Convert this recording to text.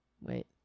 Wait